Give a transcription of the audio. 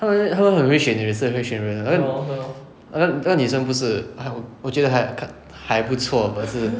他们他们很会选也是很会选人因为那那女生不是还我就得还还不错 but 是